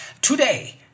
Today